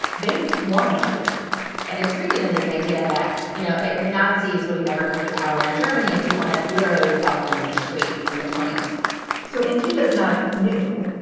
they want to fight and it's rooted in this idea that, you know, the nazis would've never come to power in germany if people had literally fought them in the streets in the twenty point s so antipas, not new,